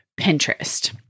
Pinterest